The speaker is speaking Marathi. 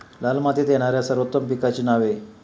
लाल मातीत येणाऱ्या सर्वोत्तम पिकांची नावे?